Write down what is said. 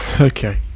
Okay